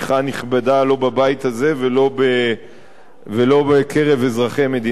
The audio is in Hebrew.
לא בבית הזה ולא בקרב אזרחי מדינת ישראל.